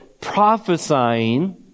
prophesying